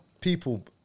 people